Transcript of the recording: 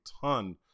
ton